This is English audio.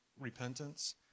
repentance